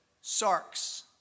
sarks